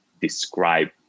describe